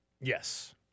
yes